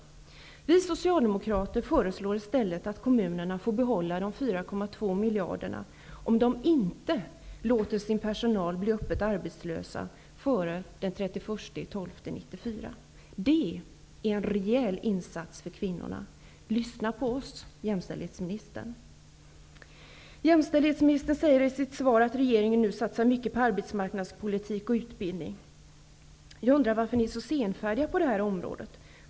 Vi socialdemokrater föreslår i stället att kommunerna skall få behålla de 4,2 miljarderna, om de inte låter sin personal bli öppet arbetslös före den 31 december 1994. Det är en rejäl insats för kvinnorna. Lyssna på oss, jämställdhetsministern. Jämställdhetsministern säger i sitt svar att regeringen nu satsar mycket på arbetsmarknadspolitik och utbildning. Jag undrar varför ni är så senfärdiga på det här området.